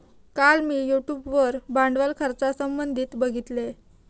काल मी यूट्यूब वर भांडवल खर्चासंबंधित बघितले